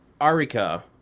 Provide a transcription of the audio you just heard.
Arika